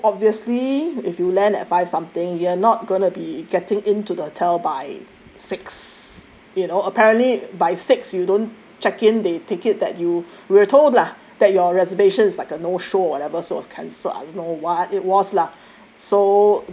so obviously if you land at five something you're not going to be getting into the hotel by six you know apparently by six you don't check in they take it that you we're told lah that your reservations like a no show whatever so was cancelled I don't know what it was lah